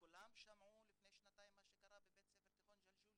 וכולם שמעו לפני שנתיים מה קרה בבית תיכון ג'לג'ולי